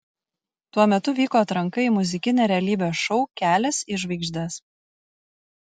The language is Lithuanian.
tuo metu vyko atranka į muzikinį realybės šou kelias į žvaigždes